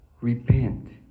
Repent